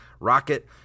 Rocket